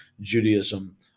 Judaism